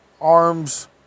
arms